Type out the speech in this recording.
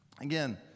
Again